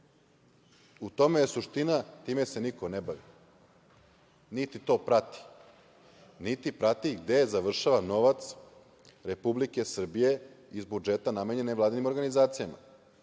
U tome je suština, time se niko ne bavi, niti to prati, niti prati gde završava novac Republike Srbije iz budžeta namenjen nevladinim organizacijama. Podsetiću